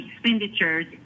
expenditures